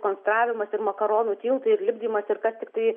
konstravimas ir makaronų tiltai lipdymas ir kas tiktai